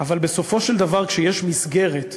אבל בסופו של דבר כשיש מסגרת,